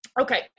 Okay